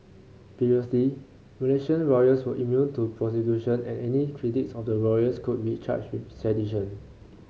previously Malaysian royals were immune to prosecution and any critics of the royals could be charged with sedition